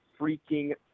freaking